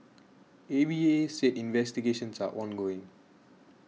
A V A said investigations are ongoing